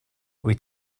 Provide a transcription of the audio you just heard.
wyt